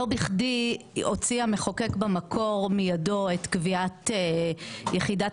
לא בכדי הוציא המחוקק במקור מידו את קביעת יחידת